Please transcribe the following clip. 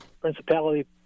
principality